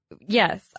yes